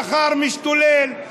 שכר משתולל,